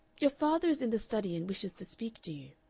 your father is in the study and wishes to speak to you.